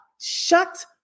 shut